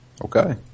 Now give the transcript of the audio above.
Okay